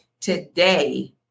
today